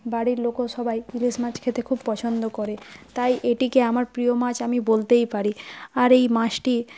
বাড়ির লোকও সবাই ইলিশ মাছ খেতে খুব পছন্দ করে তাই এটিকে আমার প্রিয় মাছ আমি বলতেই পারি আর এই মাছটি